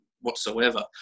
whatsoever